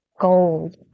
gold